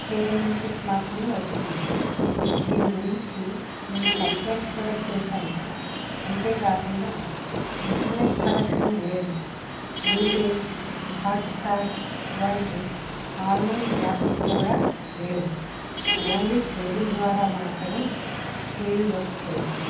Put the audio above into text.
ముఫై రెండు ఇంచెస్ మాత్రమే వచ్చింది దీని గురించి నేను కంప్లైంట్ కూడా చేశాను అంతే కాకుండా ఇంటర్నెట్ కనెక్షన్ లేదు యూట్యూబ్ హార్ట్స్టార్ వంటి ఆన్లైన్ యాప్స్ కూడా లేవు ఓన్లీ కేబుల్ ద్వారా మాత్రమే టీవీ వర్క్ చేస్తుంది